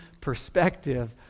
perspective